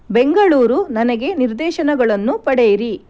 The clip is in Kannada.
ಬೆಂಗಳೂರು ನನಗೆ ನಿರ್ದೇಶನಗಳನ್ನು ಪಡೆಯಿರಿ